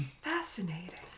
fascinating